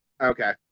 Okay